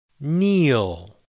kneel